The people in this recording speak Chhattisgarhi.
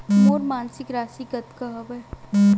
मोर मासिक राशि कतका हवय?